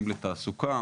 אם לתעסוקה,